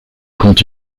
compte